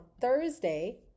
thursday